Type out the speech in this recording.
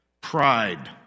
Pride